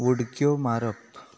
उडक्यो मारप